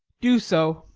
do so